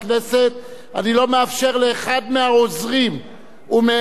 אני לא מאפשר לאחד מהעוזרים ומעובדי הכנסת